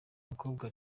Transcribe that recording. mukobwa